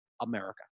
America